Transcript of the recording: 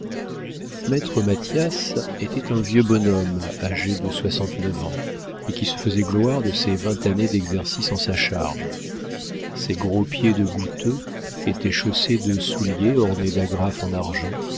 maître mathias était un vieux bonhomme âgé de soixante-neuf ans et qui se faisait gloire de ses vingt années d'exercice en sa charge ses gros pieds de goutteux étaient chaussés de souliers ornés d'agrafes en argent